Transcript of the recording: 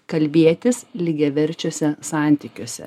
kalbėtis lygiaverčiuose santykiuose